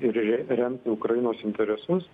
ir remti ukrainos interesus